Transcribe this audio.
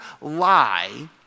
lie